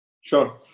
Sure